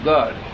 God